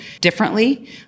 differently